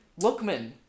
Lookman